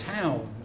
Town